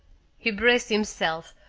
he braced himself,